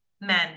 men